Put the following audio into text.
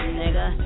nigga